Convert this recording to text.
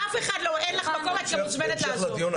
אם אין לך מקום את מוזמנת לעזוב.